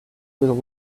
was